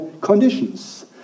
conditions